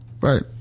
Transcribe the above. right